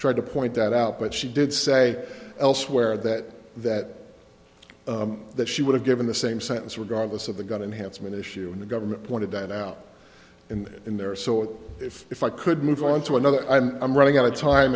tried to point that out but she did say elsewhere that that that she would have given the same sentence regardless of the gun unhandsome an issue and the government pointed that out in there so if i could move on to another i'm running out of time